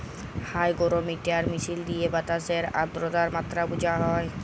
hygrometer মিশিল দিঁয়ে বাতাসের আদ্রতার মাত্রা বুঝা হ্যয়